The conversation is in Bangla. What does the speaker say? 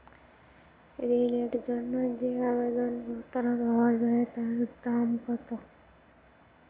ঋণের জন্য যে আবেদন পত্র পাওয়া য়ায় তার দাম কত?